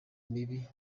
mibi